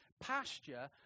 pasture